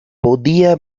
podía